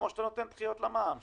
כמו שאתה נותן דחיות למע"מ,